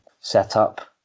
setup